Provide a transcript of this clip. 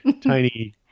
tiny